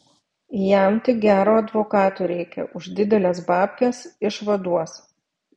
jam tik gero advokato reikia už dideles babkes išvaduos